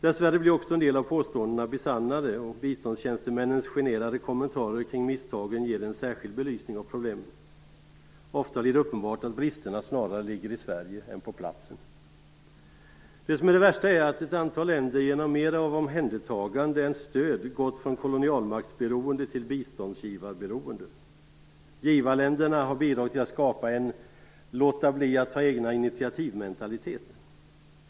Dessvärre blir också en del av påståendena besannade och biståndstjänstemännens generade kommentarer kring misstagen ger en särskild belysning åt problemen. Ofta är det uppenbart att bristerna snarare ligger i Sverige än på plats i det aktuella länderna. Det värsta är att ett antal länder genom mer omhändertagande än stöd, gått från kolonialmaktsberoende till biståndsgivarberoende. Givarländerna har bidragit till att skapa en mentalitet präglad av att man låter bli att ta egna initiativ.